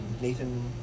Nathan